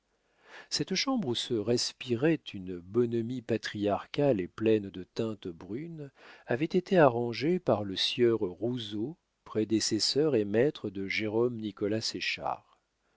cette chambre où se respirait une bonhomie patriarcale et pleine de teintes brunes avait été arrangée par le sieur rouzeau prédécesseur et maître de jérôme nicolas séchard le